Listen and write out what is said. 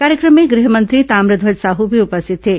कार्यक्रम में गृह मंत्री ताम्रध्वज साह भी उपस्थित थे